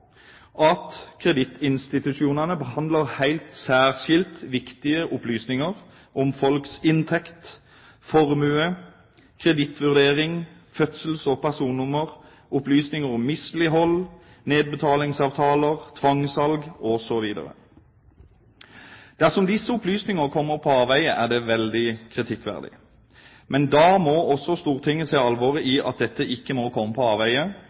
at kredittinstitusjonene behandler helt særskilt viktige opplysninger om folks inntekt, formue, kredittvurdering, fødsels- og personnummer, opplysninger om mislighold, nedbetalingsavtaler, tvangssalg osv. Dersom disse opplysninger kommer på avveier, er det veldig kritikkverdig. Men da må også Stortinget se alvoret i at dette ikke må komme på avveier,